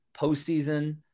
postseason